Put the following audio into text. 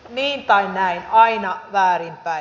niin tai näin aina väärinpäin